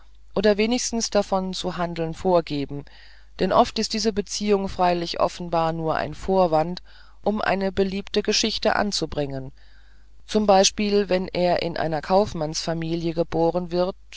oder wenigstens davon zu handeln vorgeben denn oft ist diese beziehung freilich offenbar nur ein vorwand um eine beliebte geschichte anzubringen zum beispiel wenn er in einer kaufmannsfamilie geboren wird